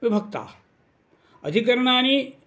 विभक्ताः अधिकरणानि